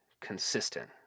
consistent